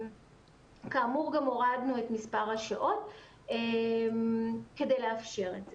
כאמור, גם הורדנו את מספר השעות כדי לאפשר את זה.